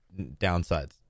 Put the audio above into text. downsides